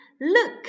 Look